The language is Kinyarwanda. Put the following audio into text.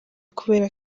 kubera